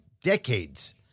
decades